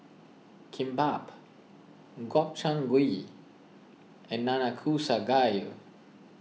Kimbap Gobchang Gui and Nanakusa Gayu